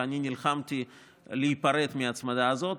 ואני נלחמתי להיפרד מההצמדה הזאת.